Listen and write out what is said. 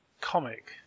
comic